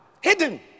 Hidden